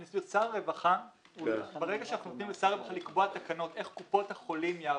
אנחנו נותנים לשר הרווחה לקבוע תקנות איך קופות החולים יעבדו.